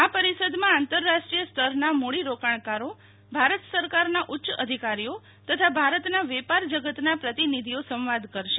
આ પરિષદમાં આંતરરાષ્ટ્રીય સ્તરના મૂડીરોકાણકારો ભારત સરકારના ઉચ્ય અધિકારીઓ તથા ભારતના વેપાર જગતના પ્રતિનિધિઓ સંવાદ કરશે